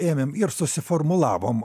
ėmėm ir susiformulavom